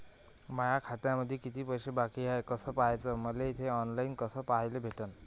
माया खात्यामंधी किती पैसा बाकी हाय कस पाह्याच, मले थे ऑनलाईन कस पाह्याले भेटन?